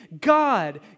God